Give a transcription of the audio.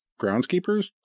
groundskeepers